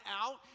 out